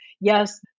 Yes